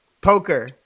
Poker